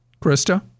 Krista